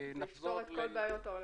ונפתור את כל בעיות העולם.